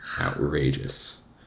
Outrageous